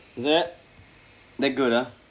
is it that good ah